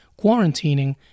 quarantining